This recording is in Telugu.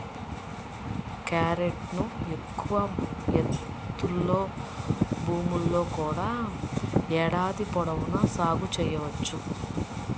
క్యారెట్ను ఎక్కువ ఎత్తులో భూముల్లో కూడా ఏడాది పొడవునా సాగు చేయవచ్చు